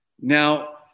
Now